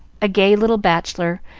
a gay little bachelor,